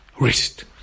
wrist